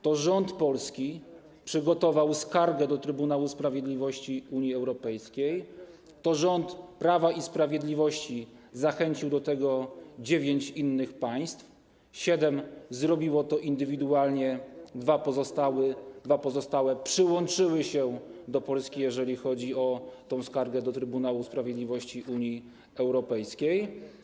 To rząd polski przygotował skargę do Trybunału Sprawiedliwości Unii Europejskiej, to rząd Prawa i Sprawiedliwości zachęcił do tego dziewięć innych państw: siedem zrobiło to indywidualnie, dwa pozostałe przyłączyły się do Polski, jeżeli chodzi o tę skargę do Trybunału Sprawiedliwości Unii Europejskiej.